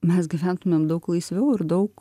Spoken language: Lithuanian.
mes gyventumėm daug laisviau ir daug